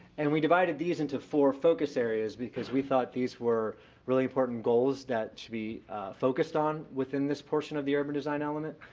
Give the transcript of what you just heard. and we divided these into four focus areas because we thought these were really important goals that should be focused on within this portion of the urban design element.